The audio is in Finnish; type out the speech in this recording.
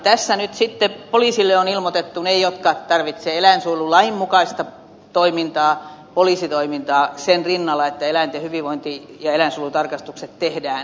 tässä nyt sitten poliisille on ilmoitettu ne jotka tarvitsevat eläinsuojelulain mukaista toimintaa poliisitoimintaa sen rinnalla että eläinten hyvinvointi ja eläinsuojelutarkastukset tehdään